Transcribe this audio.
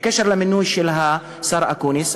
בקשר למינוי של השר אקוניס,